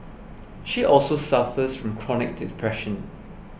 she also suffers from chronic depression